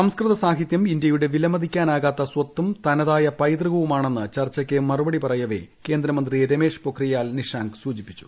സംസ്കൃത സാഹിത്യം ഇന്ത്യയുടെ വിലമതിക്കാനാകാത്ത സ്വത്തും തനതായ പൈതൃകവു മാണെന്ന് ചർച്ചക്ക് മറുപടി പറയവെ കേന്ദ്രമന്ത്രി രമേഷ് പൊക്രിയാൽ നിഷാങ്ക് സൂചിപ്പിച്ചു